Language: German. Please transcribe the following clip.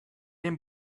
den